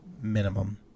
Minimum